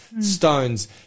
stones